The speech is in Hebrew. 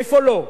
איפה לא,